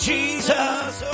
Jesus